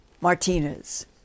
Martinez